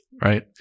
right